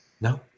No